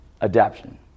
adaption